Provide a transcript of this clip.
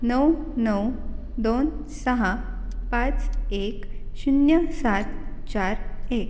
नऊ नऊ दोन सहा पाच एक शून्य सात चार एक